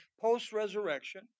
post-resurrection